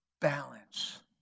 balance